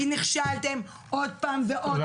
כי נכשלתם עוד פעם ועוד פעם כוועדה.